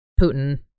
Putin